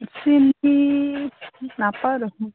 শিল্পী নাপাওঁ দেখোন